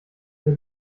der